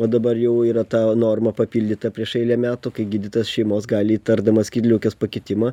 o dabar jau yra ta norma papildyta prieš eilę metų kai gydytas šeimos gali įtardamas skydliaukės pakitimą